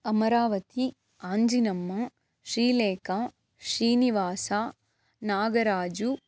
Amaravati Anjinamma Srilekha Srinivasa Nagaraju